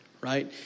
Right